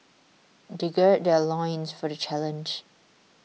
they gird their loins for the challenge